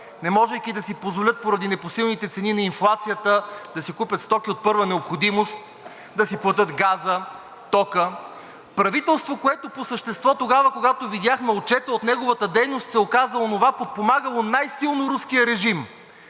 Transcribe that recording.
не можейки да си позволят поради непосилните цени на инфлацията да си купят стоки от първа необходимост, да си платят газа, тока; правителство, което по същество тогава, когато видяхме отчета от неговата дейност, се оказа онова, подпомагало най-силно руския режим